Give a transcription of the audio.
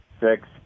six